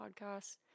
podcasts